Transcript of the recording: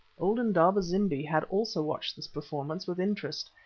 old indaba-zimbi had also watched this performance with interest,